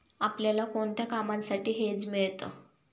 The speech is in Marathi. आपल्याला कोणत्या कामांसाठी हेज मिळतं?